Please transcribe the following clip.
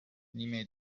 نیمه